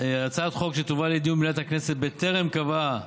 הצעת חוק שתובא לדיון במליאת הכנסת בטרם קבעה